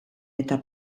eta